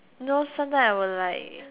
know sometime I will like